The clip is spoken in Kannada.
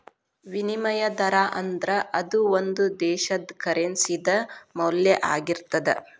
ವಿನಿಮಯ ದರಾ ಅಂದ್ರ ಅದು ಒಂದು ದೇಶದ್ದ ಕರೆನ್ಸಿ ದ ಮೌಲ್ಯ ಆಗಿರ್ತದ